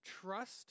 trust